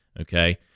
Okay